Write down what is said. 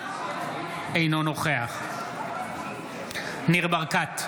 אינו נוכח ניר ברקת,